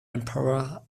emperor